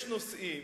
יש נושאים